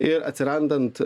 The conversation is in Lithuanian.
ir atsirandant